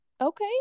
Okay